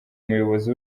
umuyobozi